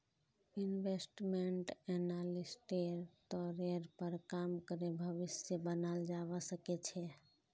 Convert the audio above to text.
investment एनालिस्टेर तौरेर पर काम करे भविष्य बनाल जावा सके छे